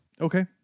Okay